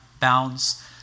bounds